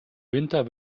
winter